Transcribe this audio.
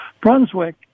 Brunswick